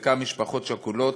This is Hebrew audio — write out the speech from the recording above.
חלקם ממשפחות שכולות,